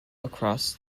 across